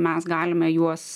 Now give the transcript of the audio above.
mes galime juos